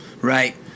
right